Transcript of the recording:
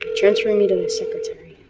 transferring me to his secretary.